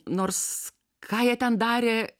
nors ką jie ten darė